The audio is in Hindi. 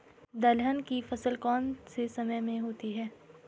दलहन की फसल कौन से समय में होती है?